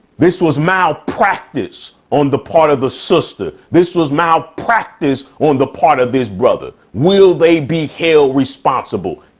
this was malpractice on the part of the sister. this was malpractice on the part of this brother. will they be held responsible?